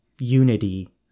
unity